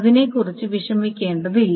അതിനെക്കുറിച്ച് വിഷമിക്കേണ്ടതില്ല